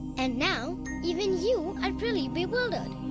and now even you are really bewildered!